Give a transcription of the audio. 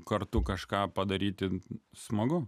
kartu kažką padaryti smagu